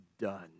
done